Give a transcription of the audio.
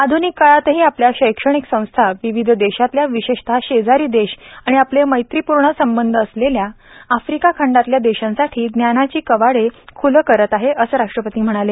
आध्निक काळातही आपल्या क्षैक्षणिक संस्था विविध देशातल्या विशेषतः शेजारी देश आणि आपले मैत्रीपूर्ण संबंध असलेल्या आफ्रिका खंडातल्या देशांसाठी ज्ञानाची कवाडे ख्ली करत आहेत असे राष्ट्रपती म्हणाले